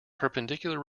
perpendicular